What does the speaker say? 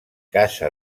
casa